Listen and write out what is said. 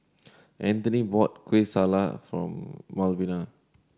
Anthoney bought Kueh Salat for Malvina